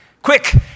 Quick